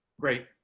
Great